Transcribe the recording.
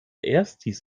erstis